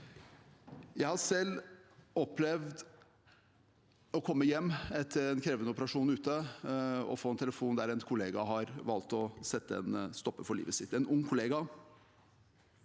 Jeg har selv opplevd å komme hjem etter en krevende operasjon ute og få en telefon om at en kollega har valgt å sette en stopper for livet sitt – en ung kollega.